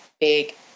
big